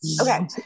Okay